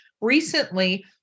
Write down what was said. recently